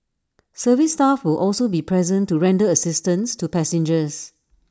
service staff will also be present to render assistance to passengers